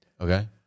Okay